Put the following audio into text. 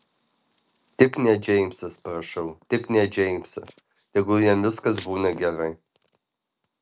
tik ne džeimsas prašau tik ne džeimsas tegul jam viskas būna gerai